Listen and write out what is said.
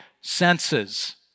senses